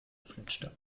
fletschte